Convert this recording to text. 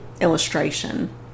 illustration